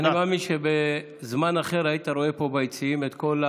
אני מאמין שבזמן אחר היית רואה פה ביציעים את כל,